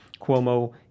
Cuomo